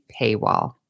paywall